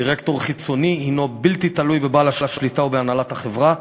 דירקטור חיצוני הוא בלתי תלוי בבעל השליטה ובהנהלת החברה.